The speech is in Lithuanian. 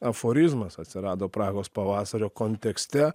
aforizmas atsirado prahos pavasario kontekste